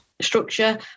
structure